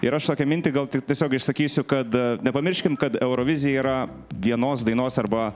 ir aš tokią mintį gal tik tiesiog išsakysiu kad nepamirškim kad eurovizija yra vienos dainos arba